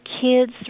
Kids